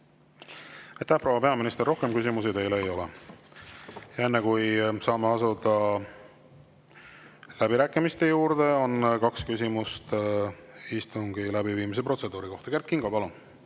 proua peaminister! Rohkem küsimusi teile ei ole. Enne kui saame asuda läbirääkimiste juurde, on kaks küsimust istungi läbiviimise protseduuri kohta. Kert Kingo, palun!